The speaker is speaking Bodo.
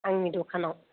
आंनि दखानाव